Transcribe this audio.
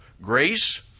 grace